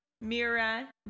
Mira